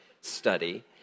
study